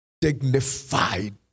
dignified